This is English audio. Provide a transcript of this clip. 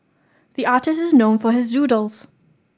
the artist is known for his doodles